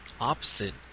opposite